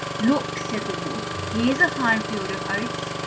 look, said the wolf, here's a fine field of oats.